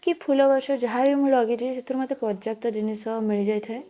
କି ଫୁଲଗଛ ଯାହାବି ମୁଁ ଲଗାଇଛି ସେଥିରୁ ମୋତେ ପର୍ଯ୍ୟାପ୍ତ ଜିନିଷ ମିଳିଯାଇଥାଏ